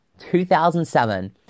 2007